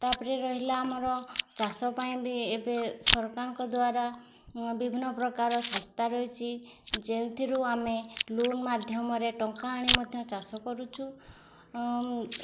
ତା'ପରେ ରହିଲା ଆମର ଚାଷ ପାଇଁ ବି ଏବେ ସରକାରଙ୍କ ଦ୍ୱାରା ବିଭିନ୍ନ ପ୍ରକାର ସଂସ୍ଥା ରହିଛି ଯେଉଁଥିରୁ ଆମେ ଲୋନ୍ ମାଧ୍ୟମରେ ଟଙ୍କା ଆଣି ମଧ୍ୟ ଚାଷ କରୁଛୁ